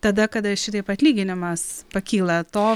tada kada šitaip atlyginimas pakyla to